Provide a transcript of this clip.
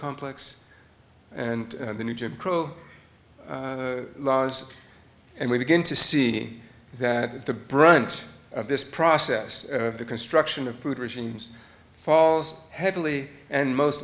complex and the new jim crow laws and we begin to see that the brunt of this process the construction of food regimes falls heavily and most